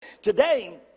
Today